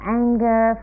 anger